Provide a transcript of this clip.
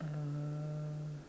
uh